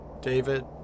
David